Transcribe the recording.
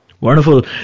Wonderful